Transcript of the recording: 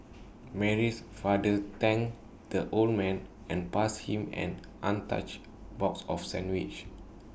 Mary's father thanked the old man and passed him an untouched box of sandwiches